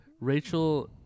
rachel